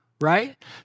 right